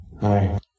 Hi